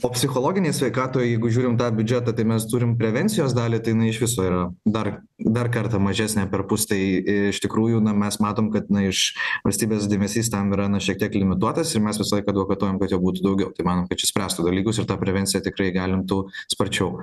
o psichologinei sveikatai jeigu žiūrim į tą biudžetą tai mes turim prevencijos dalį tai jinai iš viso yra dar dar kartą mažesnė perpus tai iš tikrųjų na mes matom kad na iš valstybės dėmesys ten yra na šiek tiek limituotas ir mes visą laiką advokataujam kad jų būtų daugiau tai manom kad čia išspręstų dalykus ir ta prevencija tikrai įgalintų sparčiau